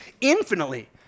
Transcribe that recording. infinitely